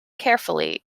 carefully